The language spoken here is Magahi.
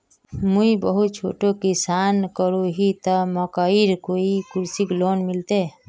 मुई बहुत छोटो किसान करोही ते मकईर कोई कृषि लोन मिलबे?